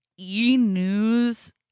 E-News